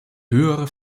höhere